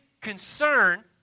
concern